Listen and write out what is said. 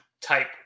type